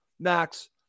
Max